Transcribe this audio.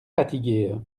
fatiguée